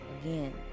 again